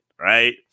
right